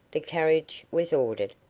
the carriage was ordered,